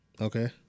Okay